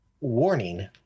warning